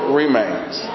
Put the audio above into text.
remains